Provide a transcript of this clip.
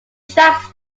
tracks